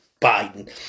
Biden